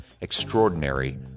Extraordinary